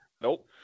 Nope